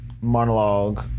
monologue